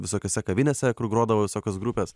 visokiose kavinėse kur grodavo visokios grupės